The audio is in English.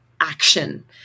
action